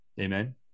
Amen